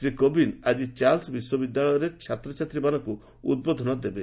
ଶ୍ରୀ କୋବିନ୍ଦ୍ ଆକି ଚାର୍ଲସ୍ ବିଶ୍ୱବିଦ୍ୟାଳୟରେ ଛାତ୍ରଛାତ୍ରୀମାନଙ୍କୁ ଉଦ୍ବୋଧନ ଦେବେ